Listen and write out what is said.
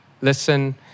listen